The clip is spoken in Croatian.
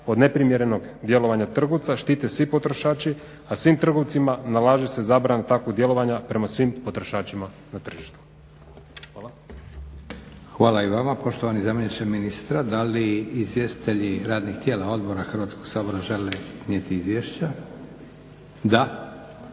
od neprimjerenog djelovanja trgovca štite svi potrošači a svim trgovcima nalaže se zabrana takvog djelovanja prema svim potrošačima na tržištu. Hvala. **Leko, Josip (SDP)** Hvala i vama poštovani zamjeniče ministra. Da li izvjestitelji radnih tijela odbora Hrvatskog sabora žele iznijeti izvješća? Da.